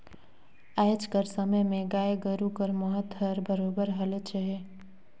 आएज कर समे में गाय गरू कर महत हर बरोबेर हलेच अहे